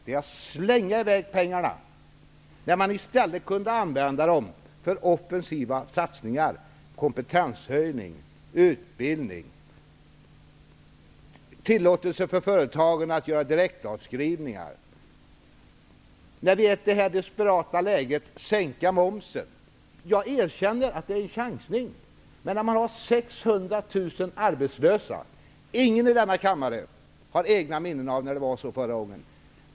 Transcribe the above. Det är att slänga i väg pengarna när man i stället kunde använda dem för offensiva satsningar, kompetenshöjning, utbildning och kunde låta företagen göra direktavskrivningar. Att i det här desperata läget sänka momsen är -- jag erkänner det -- en chansning när man har 600 000 arbetslösa. Ingen i denna kammare har egna minnen av hur det förhöll sig förra gången.